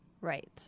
Right